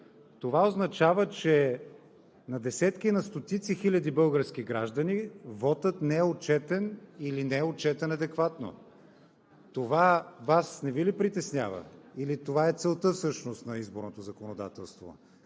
това означава, че на десетки и на стотици хиляди български граждани вотът не е отчетен или не е отчетен адекватно. Това Вас не Ви ли притеснява, или това е целта всъщност на изборното законодателство?!